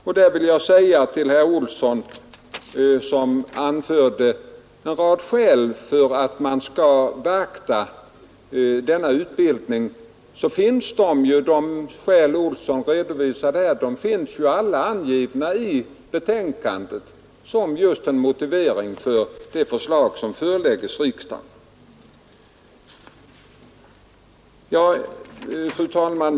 Till herr Olsson i Stockholm, som anförde en rad skäl för att beakta denna utbildning, vill jag säga att alla de skäl han angav finns angivna i betänkandet just som motivering för de förslag som utredningen lagt fram. Fru talman!